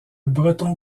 breton